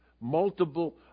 Multiple